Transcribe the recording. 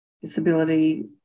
disability